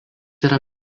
yra